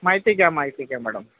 माहिती घ्या माहिती घ्या मॅडम